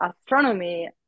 astronomy